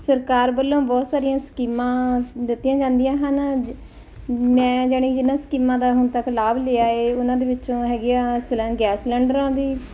ਸਰਕਾਰ ਵੱਲੋਂ ਬਹੁਤ ਸਾਰੀਆਂ ਸਕੀਮਾਂ ਦਿੱਤੀਆਂ ਜਾਂਦੀਆਂ ਹਨ ਮੈਂ ਯਾਨੀ ਜਿਹਨਾਂ ਸਕੀਮਾਂ ਦਾ ਹੁਣ ਤੱਕ ਲਾਭ ਲਿਆ ਹੈ ਉਹਨਾਂ ਦੇ ਵਿੱਚੋਂ ਹੈਗੇ ਆ ਸਲਾਂ ਗੈਸ ਸਲੰਡਰਾਂ ਦੀ